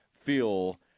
feel